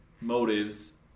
motives